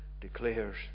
declares